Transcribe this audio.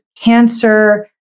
cancer